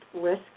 risk